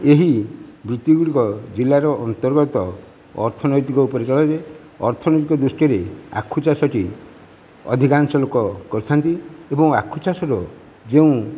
ଏହି ରୀତି ଗୁଡ଼ିକ ଜିଲ୍ଲାର ଅନ୍ତର୍ଗତ ଅର୍ଥନୈତିକ ପରିଚାଳନକୁ ଅର୍ଥନୈତିକ ଦୃଷ୍ଟିରେ ଆଖୁ ଚାଷଟି ଅଧିକାଂଶ ଲୋକ କରିଥାନ୍ତି ଏବଂ ଆଖୁ ଚାଷର ଯେଉଁ